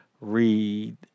read